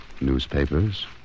Newspapers